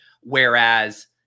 Whereas